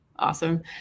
Awesome